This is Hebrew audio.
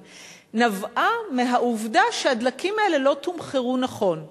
נבעה מהעובדה שהדלקים האלה לא תומחרו נכון.